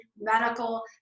medical